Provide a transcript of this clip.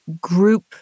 group